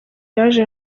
yaje